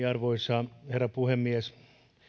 arvoisa herra puhemies